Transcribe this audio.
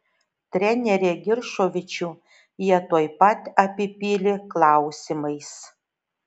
trenerį giršovičių jie tuoj pat apipylė klausimais